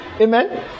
Amen